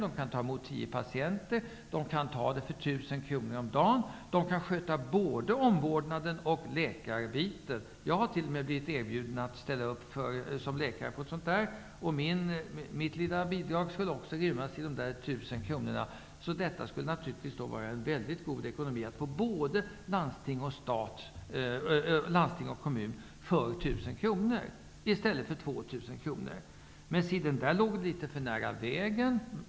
Där kan de ta emot t.ex. tio patienter för 1 000 kr per dag och patient, och sköta både omvårdnad och ge läkarvård. Jag har t.o.m. blivit erbjuden att ställa upp som läkare på ett sådant sjukhem. Mitt lilla bidrag skulle också rymmas i de tusen kronorna. Det skulle naturligtvis vara en mycket god ekonomi, att kostnaderna för både landsting och kommun skulle uppgå till 1 000 kr i stället för 2 000 kr. Men då kommer det invändningar om att sjukhemmet kanske ligger litet för nära vägen.